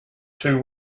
two